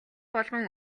болгон